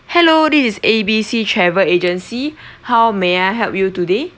hello this is A B C travel agency how may I help you today